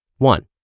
One